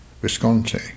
Visconti